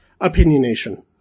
opinionation